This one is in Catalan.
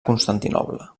constantinoble